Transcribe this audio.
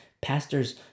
pastors